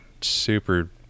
super